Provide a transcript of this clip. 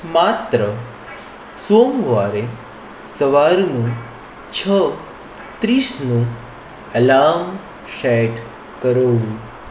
માત્ર સોમવારે સવારનું છ ત્રીસનું એલાર્મ સેટ કરો